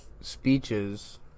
speeches